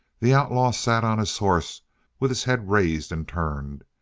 the outlaw sat on his horse with his head raised and turned,